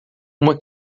uma